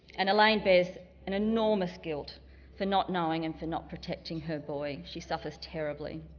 and elaine bears an enormous guilt for not knowing and for not protecting her boy, she suffers terribly.